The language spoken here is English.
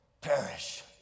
perish